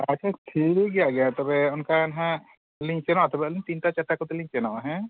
ᱟᱪᱪᱷᱟ ᱴᱷᱤᱠ ᱜᱮᱭᱟ ᱛᱚᱵᱮ ᱚᱱᱠᱟ ᱦᱟᱸᱜ ᱟᱹᱞᱤᱧ ᱥᱮᱱᱚᱜᱼᱟ ᱛᱚᱵᱮ ᱟᱹᱞᱤᱧ ᱛᱤᱱᱴᱟ ᱪᱟᱨᱴᱟ ᱠᱚᱛᱮᱞᱤᱧ ᱥᱮᱱᱚᱜᱼᱟ ᱦᱮᱸ